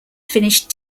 finished